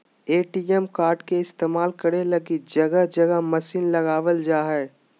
ATM card के इस्तेमाल करे लगी जगह जगह मशीन लगाबल जा हइ